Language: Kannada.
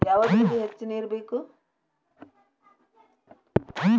ಯಾವ ಬೆಳಿಗೆ ಹೆಚ್ಚು ನೇರು ಬೇಕು?